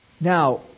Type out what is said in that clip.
Now